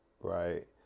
right